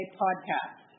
podcast